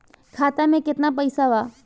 खाता में केतना पइसा बा?